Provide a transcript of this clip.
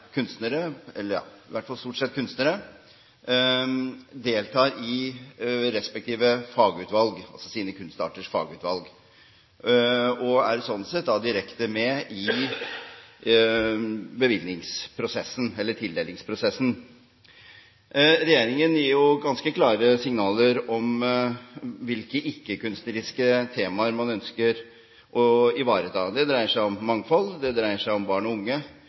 sånn sett direkte med i tildelingsprosessen. Regjeringen gir ganske klare signaler om hvilke ikke-kunstneriske temaer man ønsker å ivareta. Det dreier seg om mangfold, det dreier seg om barn og unge,